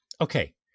Okay